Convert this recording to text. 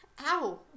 Ow